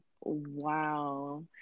Wow